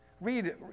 Read